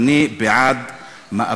או אני לא יודעת מה,